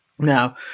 Now